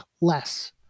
less